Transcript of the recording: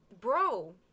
Bro